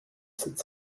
sept